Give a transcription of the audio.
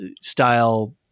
style